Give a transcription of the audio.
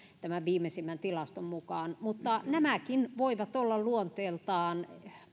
tämän viimeisimmän tilaston mukaan mutta nämäkin voivat olla luonteeltaan